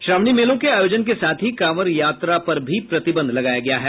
श्रावणी मेलों के आयोजन के साथ ही कांवड़ यात्रा पर भी प्रतिबंध लगाया गया है